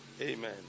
Amen